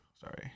Sorry